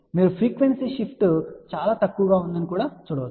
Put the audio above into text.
మీరు frequency shift చాలా తక్కువగా ఉందని చూడవచ్చు